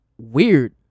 weird